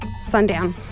Sundown